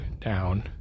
down